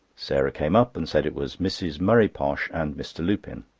sarah came up, and said it was mrs. murray posh and mr. lupin.